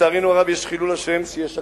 לצערנו הרב, יש חילול השם שיש הקפאה,